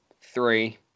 three